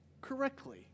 correctly